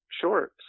Sure